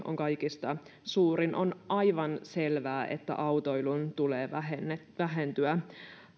on kaikista suurin on aivan selvää että autoilun tulee vähentyä